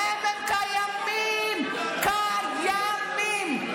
הם, הם קיימים, קיימים.